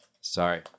sorry